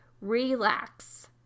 Relax